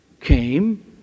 came